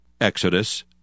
Exodus